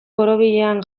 borobilean